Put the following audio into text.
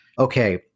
okay